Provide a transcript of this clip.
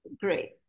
great